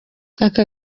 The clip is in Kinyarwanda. aka